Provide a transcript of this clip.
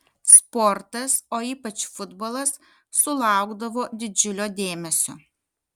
sportas o ypač futbolas sulaukdavo didžiulio dėmesio